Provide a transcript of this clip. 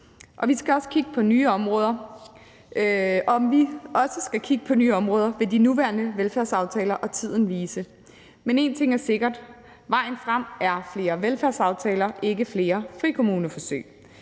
daginstitutions- og ældreområdet. Om vi også skal kigge på nye områder, vil de nuværende velfærdsaftaler og tiden vise. Men en ting er sikker: Vejen frem er flere velfærdsaftaler, ikke flere frikommuneforsøg.